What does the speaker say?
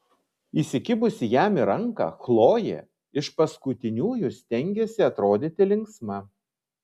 įsikibusi jam į ranką chlojė iš paskutiniųjų stengėsi atrodyti linksma